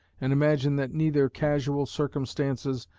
and imagine that neither casual circumstances,